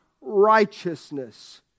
righteousness